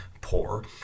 poor